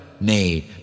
Nay